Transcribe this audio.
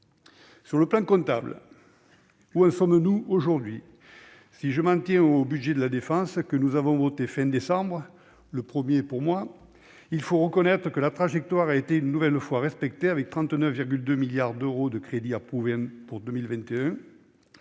Sur le plan comptable, où en sommes-nous aujourd'hui ? Si l'on s'en tient au budget de la défense que nous avons voté à la fin du mois de décembre dernier- c'était, pour moi, le premier -, il faut reconnaître que la trajectoire a été une nouvelle fois respectée, avec 39,2 milliards d'euros de crédits approuvés pour 2021.